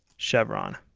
chevron.